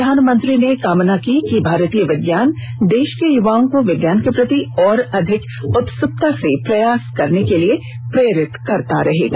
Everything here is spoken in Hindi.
प्रधानमंत्री ने कामना की कि भारतीय विज्ञान देश के युवाओं को विज्ञान के प्रति और अधिक उत्सुकता से प्रयास करने के लिए प्रेरित करता रहेगा